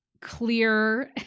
clear